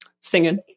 Singing